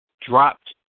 dropped